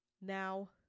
Now